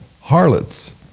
harlots